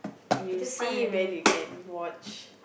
you see when we can watch